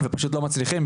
ופשוט לא מצליחים,